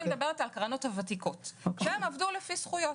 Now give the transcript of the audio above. אני מדברת על הקרנות הוותיקות שעבדו לפי זכויות.